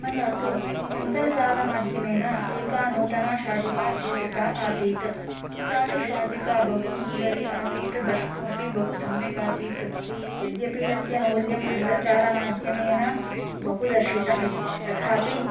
मया तु अन्तर्जालमाध्यमेन एका नूतना शाटिका स्वीकृता आसीत् सा तु शाटिका बहुसुन्दरी आसीत् द्रष्टुमपि बहुसम्यक् आसीत् यद्यपि तस्य मौल्यम् अन्तर्जालमाध्यमेन बहुदर्शितं तथापि